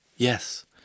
Yes